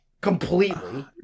completely